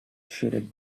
shaded